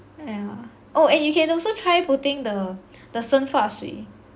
!aiya! oh and you can also try putting the the 生发水